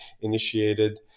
initiated